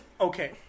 okay